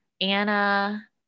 Anna